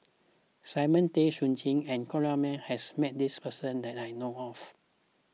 Simon Tay Seong Chee and Corrinne May has met this person that I know of